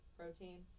protein